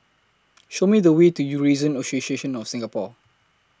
Show Me The Way to Eurasian Association of Singapore